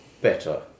better